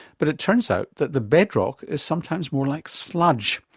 but it turns out that the bedrock is sometimes more like sludge.